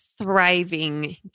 thriving